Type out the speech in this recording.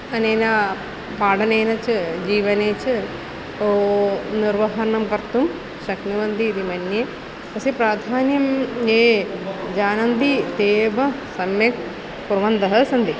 अनेन पाठनेन च जीवने च ओ निर्वहनं कर्तुं शक्नुवन्ति इति मन्ये अस्य प्राधान्यं ये जानन्ति ते एव सम्यक् कुर्वन्तः सन्ति